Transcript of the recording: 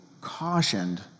cautioned